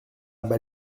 bas